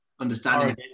understanding